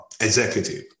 executive